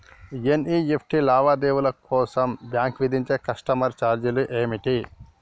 NEFT లావాదేవీల కోసం bank విధించే కస్టమర్ ఛార్జీలు ఏమిటి?